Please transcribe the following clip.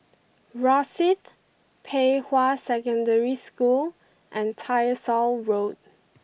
Rosyth Pei Hwa Secondary School and Tyersall Road